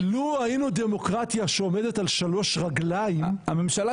לו היינו דמוקרטיה שעומדת על שלוש רגליים --- הממשלה